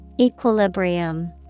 Equilibrium